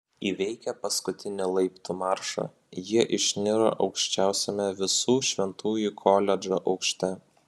įveikę paskutinį laiptų maršą jie išniro aukščiausiame visų šventųjų koledžo aukšte